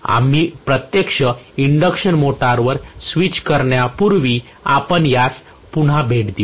आम्ही प्रत्यक्ष इंडक्शन मोटरवर स्विच करण्यापूर्वी आपण यास पुन्हा भेट देऊ